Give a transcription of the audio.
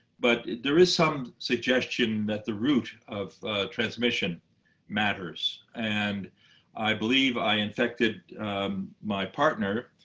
but there is some suggestion that the route of transmission matters. and i believe i infected my partner,